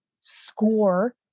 score